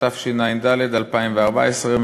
התשע"ד 2014,